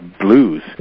blues